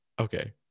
Okay